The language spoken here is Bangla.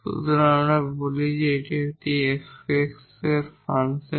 সুতরাং আমরা বলি আমাদের এটি f ফাংশন